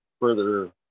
further